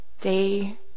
day